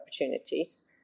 opportunities